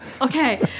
Okay